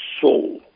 soul